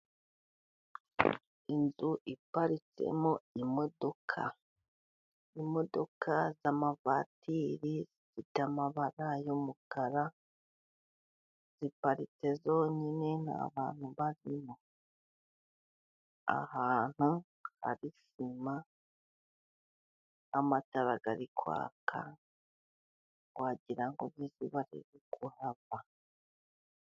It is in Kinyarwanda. Inzu iparitsemo imodoka, imodoka z'amavatiri y'amabara y'umukara ziparitse zonyine nta bantu barimo, ahantu hari sima n'amatara ari kwaka wagira ngo n'izuba riri kuhava.